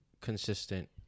consistent